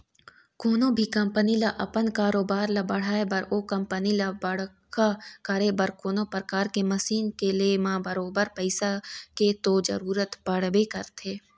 कोनो भी कंपनी ल अपन कारोबार ल बढ़ाय बर ओ कंपनी ल बड़का करे बर कोनो परकार के मसीन के ले म बरोबर पइसा के तो जरुरत पड़बे करथे